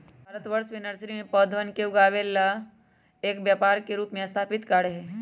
भारतवर्ष में नर्सरी में पौधवन के उगावे ला एक व्यापार के रूप में स्थापित कार्य हई